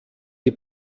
die